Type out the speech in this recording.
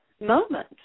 moment